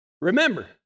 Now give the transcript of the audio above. Remember